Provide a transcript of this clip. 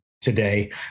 today